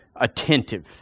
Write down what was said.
attentive